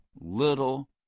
little